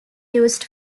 used